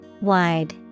Wide